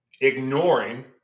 ignoring